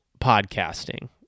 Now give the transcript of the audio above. podcasting